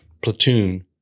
platoon